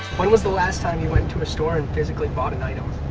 when was the last time you went in to a store and physically bought an item?